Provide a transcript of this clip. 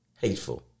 hateful